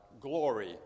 glory